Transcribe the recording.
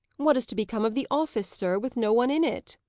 what is to become of the office, sir, with no one in it?